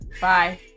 Bye